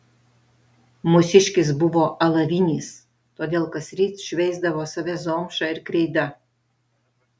mūsiškis buvo alavinis todėl kasryt šveisdavo save zomša ir kreida